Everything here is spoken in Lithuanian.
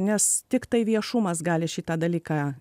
nes tiktai viešumas gali šitą dalyką